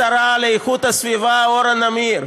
השרה לאיכות הסביבה אורה נמיר.